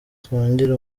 twongere